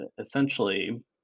essentially